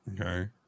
okay